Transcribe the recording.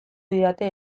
didate